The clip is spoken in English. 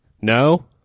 no